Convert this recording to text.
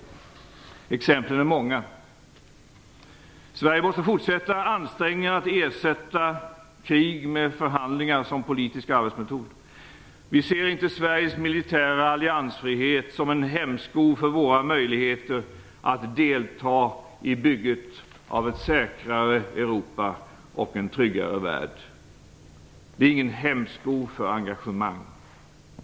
Exemplen är många. Sverige måste fortsätta ansträngningarna att ersätta krig med förhandlingar som politisk arbetsmetod. Vi ser inte Sveriges militära alliansfrihet som en hämsko för våra möjligheter att delta i bygget av ett säkrare Europa och en tryggare värld. Det är ingen hämsko för ett engagemang.